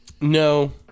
No